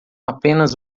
apenas